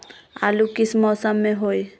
आलू किस मौसम में होई?